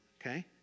Okay